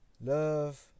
Love